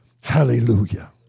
hallelujah